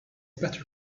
better